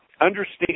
understand